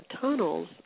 tunnels